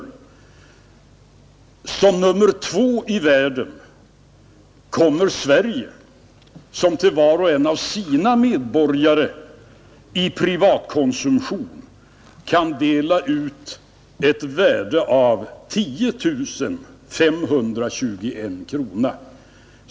Som nr 2 i världen kommer Sverige, som till var och en av sina medborgare i privatkonsumtion kan dela ut ett värde av 10 521 kronor.